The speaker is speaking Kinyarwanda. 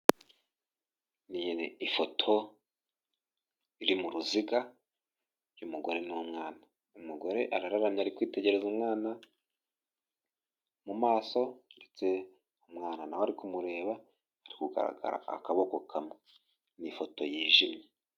Iyi ni ifoto iri mu ruziga y'umugore n'umwana. Umugore arararamye ari kwitegereza umwana mu maso ndetse umwana nawe ari kumureba ari kugaragara akaboko kamwe. Ni ifoto yijimye.